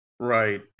Right